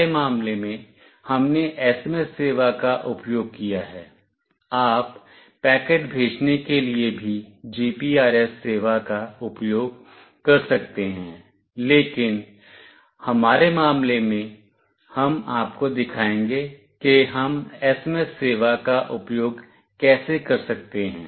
हमारे मामले में हमने SMS सेवा का उपयोग किया है आप पैकेट भेजने के लिए भी GPRS सेवा का उपयोग कर सकते हैं लेकिन हमारे मामले में हम आपको दिखाएंगे कि हम SMS सेवा का उपयोग कैसे कर सकते हैं